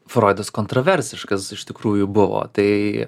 froidas kontroversiškas iš tikrųjų buvo tai